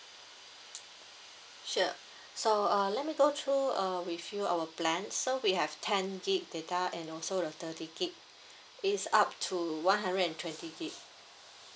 sure so uh let me go through uh with you our plans so we have ten gig data and also the thirty gig it's up to one hundred and twenty gig